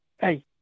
Hey